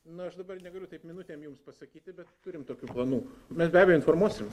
na aš dabar negaliu taip minutėm jums pasakyti bet turim tokių planų mes be abejo informuosim